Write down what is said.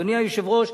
אדוני היושב-ראש,